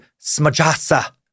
Smajasa